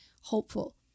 hopeful